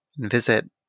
visit